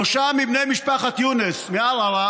שלושה מבני משפחת יונס מערערה